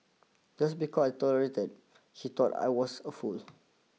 just because I tolerated he thought I was a fool